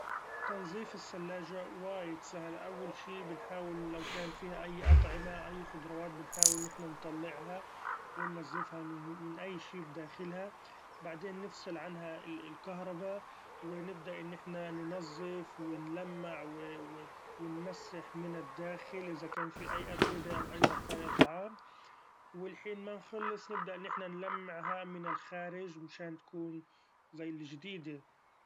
تنظيف الثلاچة وايد سهل; أول شي بنحاول لو كان فيها أي اطعمه أي خضراوات بنحاول إن احنا نطلعها وننظفها من أي شي بداخلها ، بعدين نفصل عنها الكهربا ونبدأ إن احنا ننظف ونلمع ونمسح من الداخل إذا كان في أي اتربة أو أي بقأيا طعام ، ولحين ما نخلص نبدأ إن احنا نلمعها من الخارچ من شان تكون زي الچديدة.